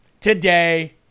today